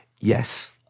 Yes